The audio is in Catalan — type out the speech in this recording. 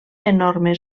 enorme